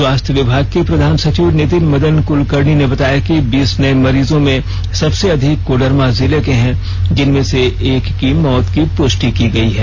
स्वास्थ्य विभाग के प्रधान सचिव नितिन मदन कुलकर्णी ने बताया कि बीस नये मरीजों में सबसे अधिक कोडरमा जिले के हैं जिनमें से एक की मौत की पुष्टि की गयी हैं